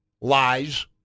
lies